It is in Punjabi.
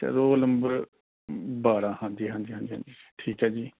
ਚੱਲੋ ਨੰਬਰ ਬਾਰਾਂ ਹਾਂਜੀ ਹਾਂਜੀ ਹਾਂਜੀ ਹਾਂਜੀ ਠੀਕ ਹੈ ਜੀ